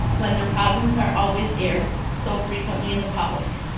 when their problems are always aired so frequently in the public.